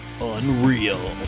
Unreal